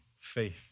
faith